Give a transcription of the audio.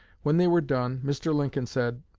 when they were done, mr. lincoln said,